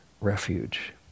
refuge